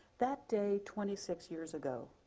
that day twenty six years ago,